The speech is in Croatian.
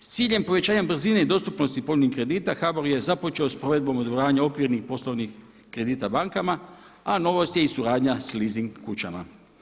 S ciljem povećanja brzine i dostupnosti pojedinih kredita HBOR je započeo s provedbom dogovaranja okvirnih poslovnih kredita bankama, a novost je i suradnja s leasing kućama.